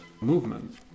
movement